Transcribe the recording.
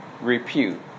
repute